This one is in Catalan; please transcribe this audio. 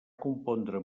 compondre